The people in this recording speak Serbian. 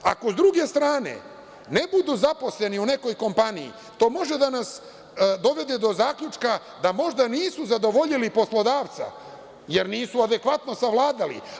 Ako sa druge strane ne budu zaposleni u nekoj kompaniji, to može da nas dovede do zaključka da možda nisu zadovoljili poslodavca, jer nisu adekvatno savladali.